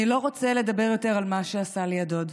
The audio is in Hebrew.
אני לא רוצה לדבר יותר על מה שעשה לי הדוד.